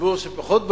לציבור שפחות בקי,